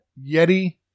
Yeti